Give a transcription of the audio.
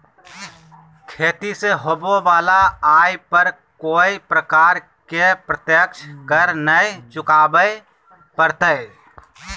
खेती से होबो वला आय पर कोय प्रकार के प्रत्यक्ष कर नय चुकावय परतय